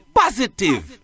positive